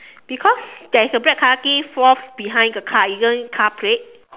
because there is a black color thing fall off behind the car isn't it car plate